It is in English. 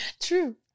True